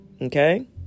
Okay